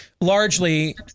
largely